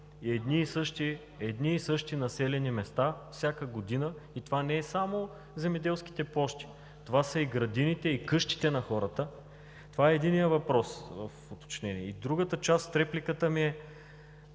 Едни и същи населени места всяка година. Това не са само земеделските площи, това са и градините, и къщите на хората. Това е единият въпрос за уточнение. Другата част от репликата ми е: